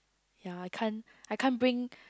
ya I can't I can't bring